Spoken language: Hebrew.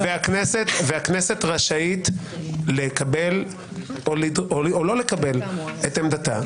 -- והכנסת רשאית לקבל או לא לקבל את עמדתה.